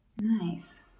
Nice